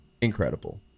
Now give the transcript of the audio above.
incredible